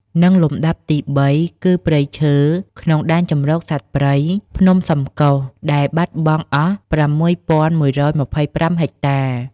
និងលំដាប់ទី៣ គឺព្រៃឈើក្នុងដែនជម្រកសត្វព្រៃភ្នំសំកុស ដែលបាត់បង់អស់៦១២៥ហិកតា។